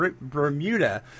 Bermuda